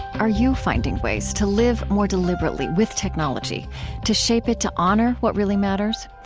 are you finding ways to live more deliberately with technology to shape it to honor what really matters?